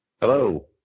Hello